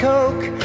Coke